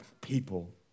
people